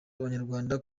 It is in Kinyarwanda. abanyarwanda